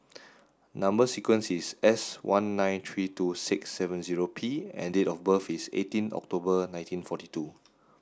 number sequence is S one nine three two six seven zero P and date of birth is eighteen October nineteen forty two